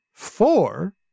Four